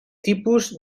tipus